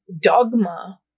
dogma